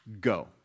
go